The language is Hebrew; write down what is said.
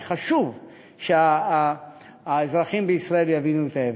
כי חשוב שהאזרחים בישראל יבינו את ההבדל: